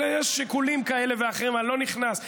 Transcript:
יש שיקולים כאלה ואחרים, אני לא נכנס.